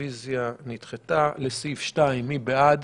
הצבעה בעד